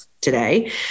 today